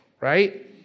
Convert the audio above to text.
right